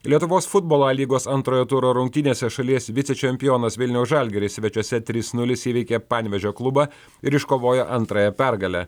lietuvos futbolo a lygos antrojo turo rungtynėse šalies vicečempionas vilniaus žalgiris svečiuose trys nulis įveikė panevėžio klubą ir iškovojo antrąją pergalę